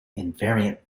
invariant